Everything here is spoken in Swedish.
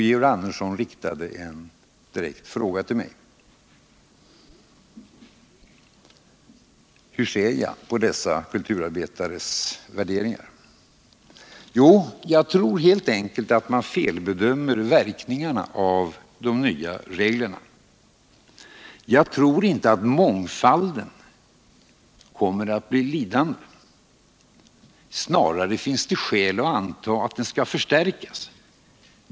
Georg Andersson riktade en direkt fråga till mig om hur jag ser på dessa kulturarbetares värderingar. Jag tror helt enkelt att man felbedömer verkningarna av de nya reglerna. Jag tror inte att mångfalden kommer att bli lidande. Snarare finns det skäl att anta att den skall förstärkas.